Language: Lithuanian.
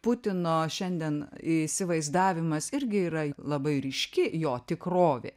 putino šiandien įsivaizdavimas irgi yra labai ryški jo tikrovė